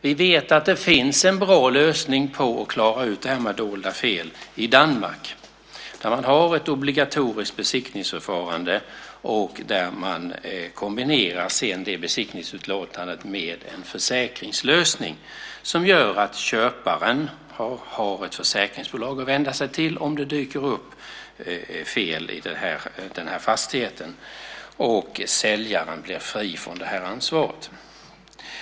Vi vet att det finns en bra lösning för att klara ut det här med dolda fel i Danmark. Där har man ett obligatoriskt besiktningsförfarande, och sedan kombinerar man besiktningsutlåtandet med en försäkringslösning. Det gör att köparen har ett försäkringsbolag att vända sig till om det dyker upp fel i fastigheten, och säljaren blir fri från det ansvaret.